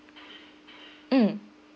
mm